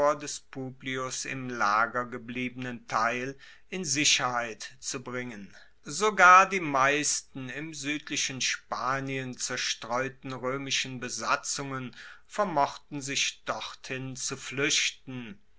im lager gebliebenen teil in sicherheit zu bringen sogar die meisten im suedlichen spanien zerstreuten roemischen besatzungen vermochten sich dorthin zu fluechten